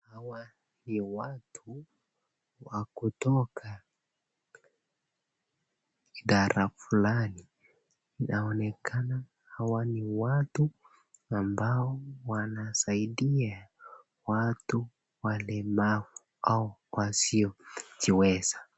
Hawa ni watu wa kutoka idara fulani inaonekana hawa ni watu ambao wanaosaidia watu walemavu au wasiojiweza.